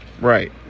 right